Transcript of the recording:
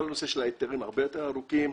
כל הנושא של ההיתרים הרבה יותר ארוך,